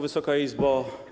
Wysoka Izbo!